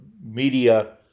media